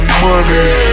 money